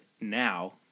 now